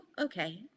okay